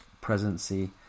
presidency